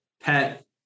pet